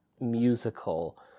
musical